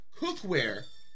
cookware